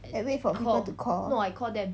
and wait for people to call